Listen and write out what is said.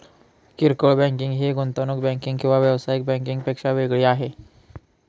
किरकोळ बँकिंग ही गुंतवणूक बँकिंग किंवा व्यावसायिक बँकिंग पेक्षा वेगळी आहे